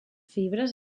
fibres